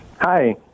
Hi